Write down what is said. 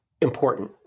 important